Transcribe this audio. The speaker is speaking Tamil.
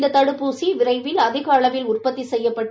இந்த தடுப்பூசி விரைவில் அதிக அளவில் உற்பத்தி செய்யப்பட்டு